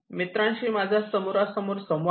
मित्रांशी माझा समोरासमोर संवाद आहे